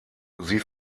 sie